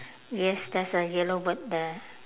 yes there's a yellow bird there